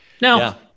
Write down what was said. Now